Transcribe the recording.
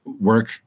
work